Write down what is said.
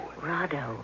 Rado